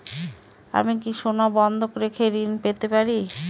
আমি কি সোনা বন্ধক রেখে ঋণ পেতে পারি?